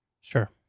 Sure